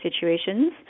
situations